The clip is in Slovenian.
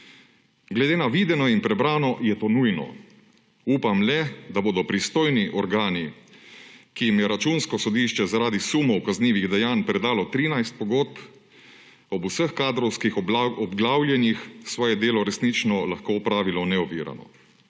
Glede na videno in prebrano, je to nujno. Upam le, da bodo pristojni organi, ki jim je Računsko sodišče zaradi sumov kaznivih dejanj predalo 13 pogodb, ob vseh kadrovskih obglavljanjih svoje delo resnično lahko opravili neovirano